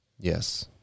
Yes